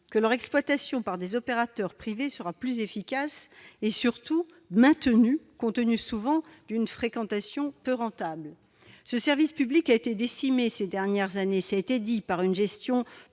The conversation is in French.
que leur exploitation par des opérateurs privés sera plus efficace et, surtout, maintenue, compte tenu de leur fréquentation souvent peu rentable ? Oui ! Ce service public a été décimé ces dernières années, je le répète, par une gestion